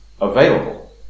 available